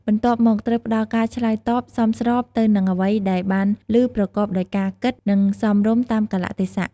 បន្ទាប់មក ត្រូវផ្ដល់ការឆ្លើយតបសមស្របទៅនឹងអ្វីដែលបានឮប្រកបដោយការគិតគូរ និងសមរម្យតាមកាលៈទេសៈ។